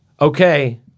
Okay